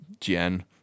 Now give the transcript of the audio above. Jen